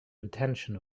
intention